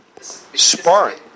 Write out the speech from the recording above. sparring